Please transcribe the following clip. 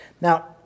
Now